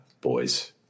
boys